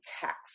text